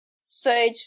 search